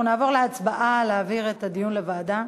אנחנו נעבור להצבעה אם להעביר את הדיון לוועדה.